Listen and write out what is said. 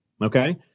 okay